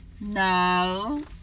No